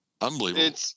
unbelievable